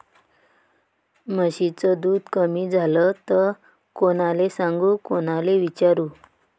म्हशीचं दूध कमी झालं त कोनाले सांगू कोनाले विचारू?